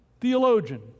theologian